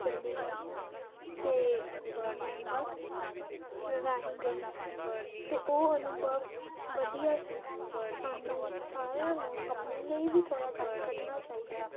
ਚੰਡੀਗੜ੍ਹ ਅਤੇ ਮੈਂ ਬੱਸ ਰਾਹੀਂ ਗਈ ਸੀ ਅਤੇ ਉਹ ਅਨੁਭਵ ਵਧੀਆ ਸੀ ਸਾਨੂੰ ਸਾਰਿਆਂ ਨੂੰ ਆਪਣੇ ਲਈ ਵੀ ਥੋੜ੍ਹਾ ਟਾਈਮ ਕੱਢਣਾ ਚਾਹੀਦਾ